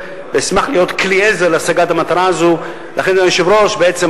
לא רק במובן הפורמלי כי אם במובן המהותי.